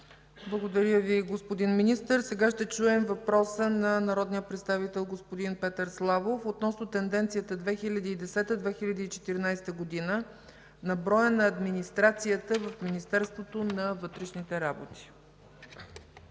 Благодаря Ви, господин Министър. Сега ще чуем и въпроса на народния представител господин Петър Славов относно тенденцията 2010 – 2014 г. за броя на администрацията в Министерството на вътрешните работи.